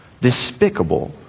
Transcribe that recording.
despicable